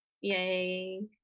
Yay